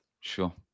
Sure